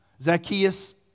Zacchaeus